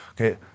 okay